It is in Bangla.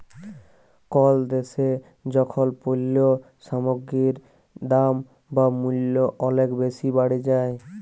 কল দ্যাশে যখল পল্য সামগ্গির দাম বা মূল্য অলেক বেসি বাড়ে যায়